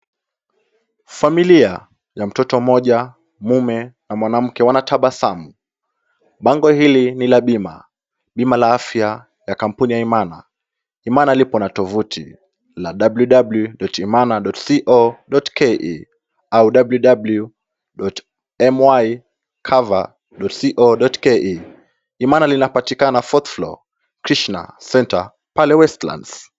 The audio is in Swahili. Familia ya watu watatu, mtoto, mume, na mke wanatabasamu. Bango hili ni la bima. Bima la kampuni ya imana. Iman ina tovuti www.imana.co.ke. Imana inapatikana fourth floor pale westlands.